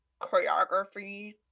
choreography